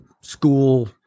school